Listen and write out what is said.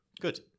Good